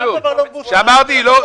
הבנתי.